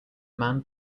man